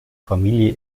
familie